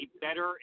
better